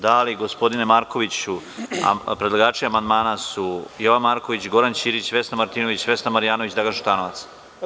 Da, ali gospodine Markoviću, predlagači amandmana su Jovan Marković, Goran Ćirić, Vesna Martinović, Vesna Marjanović, Dragan Šutanovac.